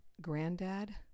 granddad